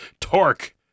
Torque